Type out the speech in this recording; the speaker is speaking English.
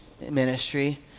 ministry